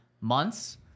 months